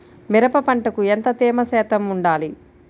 మిరప పంటకు ఎంత తేమ శాతం వుండాలి?